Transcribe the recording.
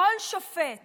כל שופט